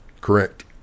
Correct